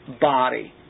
body